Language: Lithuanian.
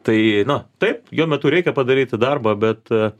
tai na taip jo metu reikia padaryti darbą bet